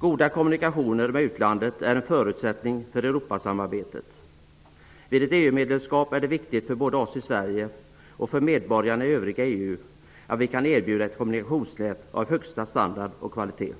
Goda kommunikationer med utlandet är en förutsättning för Europasamarbetet. Vid ett EU-medlemskap är det viktigt både för oss i Sverige och för medborgarna i övriga EU att vi kan erbjuda ett kommunikationsnät av högsta standard och kvalitet.